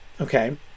okay